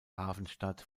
hafenstadt